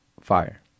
Fire